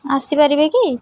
ଆସିପାରିବେ କି